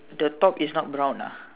the top is not brown ah